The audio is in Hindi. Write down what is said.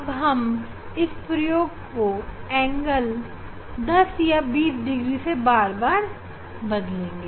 अब हम इस प्रयोग में कोण को 10 या 20 डिग्री से बार बार बदलेंगे